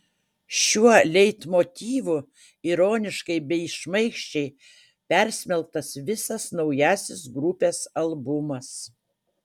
šiuo leitmotyvu ironiškai bei šmaikščiai persmelktas visas naujasis grupės albumas